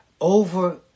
Over